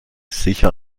sicher